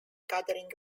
gathering